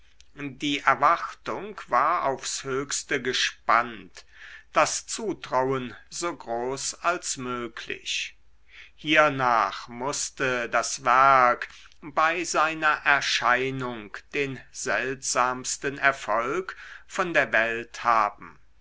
die erwartung war aufs höchste gespannt das zutrauen so groß als möglich hiernach mußte das werk bei seiner erscheinung den seltsamsten erfolg von der welt haben